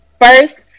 First